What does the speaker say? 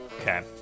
Okay